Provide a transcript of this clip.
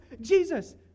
Jesus